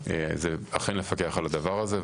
על הדבר הזה,